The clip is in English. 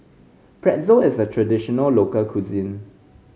Pretzel is a traditional local cuisine